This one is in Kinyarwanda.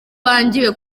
bangiwe